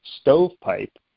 stovepipe